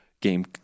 game